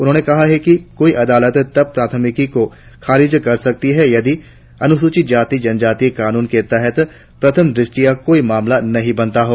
उन्होंने कहा कि कोई अदालत तब प्राथमिक को खारिज कर सकती है यदि अनुसूचित जाति जनजाति कानून के तहत प्रथम दृष्टया कोई मामला नहीं बनता हो